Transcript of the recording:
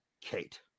Kate